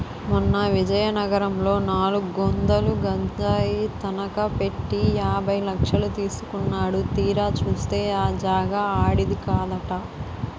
మొన్న విజయనగరంలో నాలుగొందలు గజాలు తనఖ పెట్టి యాభై లక్షలు తీసుకున్నాడు తీరా చూస్తే ఆ జాగా ఆడిది కాదట